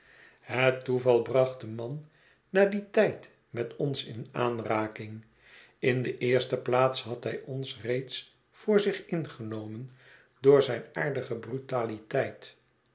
het toeval bracht den man na dien tijd met ons in aanraking in de eerste plaats had hij ons reeds voor zich ingenomen door zijn aardige brutaliteit